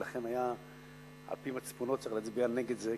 ולכן היה על-פי מצפונו צריך להצביע נגד זה,